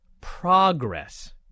Progress